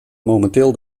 momenteel